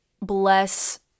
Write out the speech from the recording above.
bless